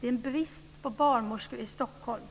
Det är brist på barnmorskor i Stockholm.